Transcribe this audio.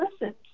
listen